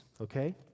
Okay